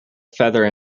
feather